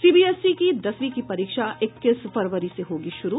सी B S E की दसवीं की परीक्षा इक्कीस फरवरी से होगी शुरू